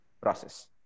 process